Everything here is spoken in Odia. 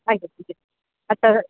ଆଜ୍ଞା ଆଜ୍ଞା ହାତର